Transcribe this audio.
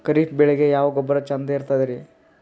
ಖರೀಪ್ ಬೇಳಿಗೆ ಯಾವ ಗೊಬ್ಬರ ಚಂದ್ ಇರತದ್ರಿ?